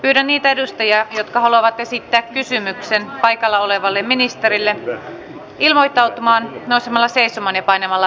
pyydän niitä edustajia jotka haluavat esittää kysymyksen paikalla olevalle ministerille ilmoittautumaan nousemalla seisomaan ja painamalla p painiketta